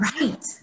Right